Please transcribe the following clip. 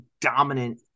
dominant